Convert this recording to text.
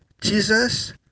Jesus